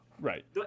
Right